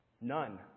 None